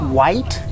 white